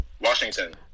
Washington